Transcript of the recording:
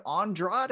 Andrade